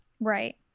Right